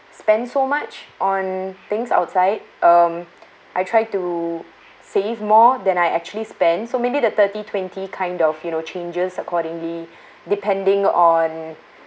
spend so much on things outside um I try to save more than I actually spend so maybe the thirty twenty kind of you know changes accordingly depending on